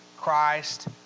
Christ